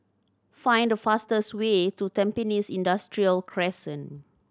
find the fastest way to Tampines Industrial Crescent